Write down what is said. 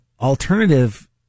alternative